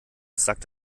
sagt